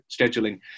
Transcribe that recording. scheduling